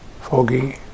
foggy